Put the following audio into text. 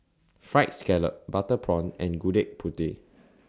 Fried Scallop Butter Prawn and Gudeg Putih